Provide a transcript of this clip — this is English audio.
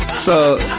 so,